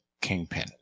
kingpin